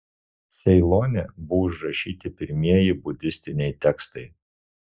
ceilone buvo užrašyti pirmieji budistiniai tekstai